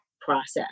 process